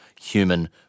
human